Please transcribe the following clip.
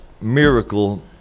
miracle